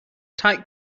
tight